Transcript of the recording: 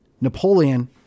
Napoleon